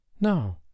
No